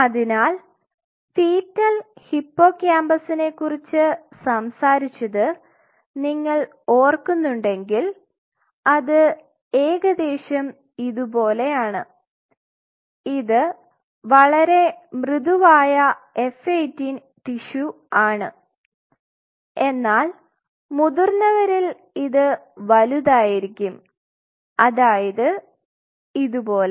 അതിനാൽ ഫീറ്റൽ ഹിപ്പോകാമ്പസിനെക്കുറിച്ച് സംസാരിച്ചത് നിങ്ങൾ ഓർക്കുന്നുണ്ടെങ്കിൽ അത് ഏകദേശം ഇതുപോലെയാണ് ഇത് വളരെ മൃദുവായ F18 ടിഷ്യു ആണ് എന്നാൽ മുതിർന്നവരിൽ ഇത് വലുതായിരിക്കും അതായത് ഇതുപോലെ